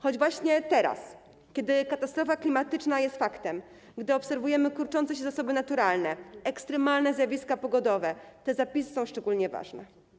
Choć właśnie teraz, kiedy katastrofa klimatyczna jest faktem, gdy obserwujemy kurczące się zasoby naturalne, ekstremalne zjawiska pogodowe, te zapisy są szczególnie ważne.